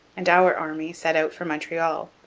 and our army set out for montreal.